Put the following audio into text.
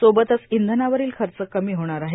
सोबतच इंधनावरील खर्च कमी होणार आहे